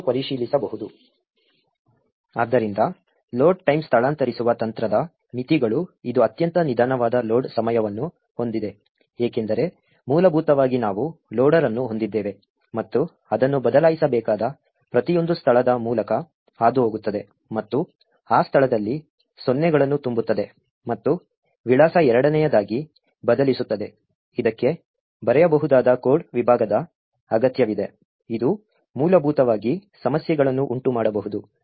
ಆದ್ದರಿಂದ load time ಸ್ಥಳಾಂತರಿಸುವ ತಂತ್ರದ ಮಿತಿಗಳು ಇದು ಅತ್ಯಂತ ನಿಧಾನವಾದ ಲೋಡ್ ಸಮಯವನ್ನು ಹೊಂದಿದೆ ಏಕೆಂದರೆ ಮೂಲಭೂತವಾಗಿ ನಾವು ಲೋಡರ್ ಅನ್ನು ಹೊಂದಿದ್ದೇವೆ ಮತ್ತು ಅದನ್ನು ಬದಲಾಯಿಸಬೇಕಾದ ಪ್ರತಿಯೊಂದು ಸ್ಥಳದ ಮೂಲಕ ಹಾದುಹೋಗುತ್ತದೆ ಮತ್ತು ಆ ಸ್ಥಳದಲ್ಲಿ ಸೊನ್ನೆಗಳನ್ನು ತುಂಬುತ್ತದೆ ಮತ್ತು ವಿಳಾಸ ಎರಡನೆಯದಾಗಿ ಬದಲಿಸುತ್ತದೆ ಇದಕ್ಕೆ ಬರೆಯಬಹುದಾದ ಕೋಡ್ ವಿಭಾಗದ ಅಗತ್ಯವಿದೆ ಇದು ಮೂಲಭೂತವಾಗಿ ಸಮಸ್ಯೆಗಳನ್ನು ಉಂಟುಮಾಡಬಹುದು